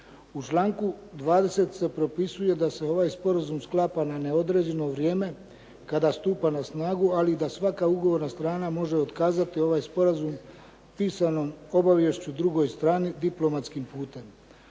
U članku 20. se propisuje da se ovaj sporazum sklapa na neodređeno vrijeme kada stupa na snagu, ali da svaka ugovorna strana može otkazati ovaj sporazum pisanom obavješću drugoj strani diplomatskim putem.